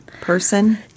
person